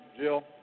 Jill